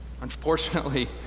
Unfortunately